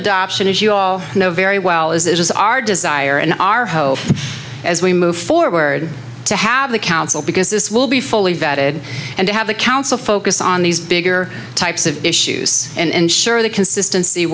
adoption as you all know very well is our desire and our hope as we move forward to have the council because this will be fully vetted and to have the council focus on these bigger types of issues and sure the consistency